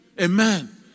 Amen